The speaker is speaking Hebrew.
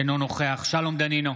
אינו נוכח שלום דנינו,